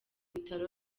bitaro